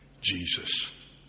Jesus